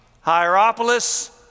Hierapolis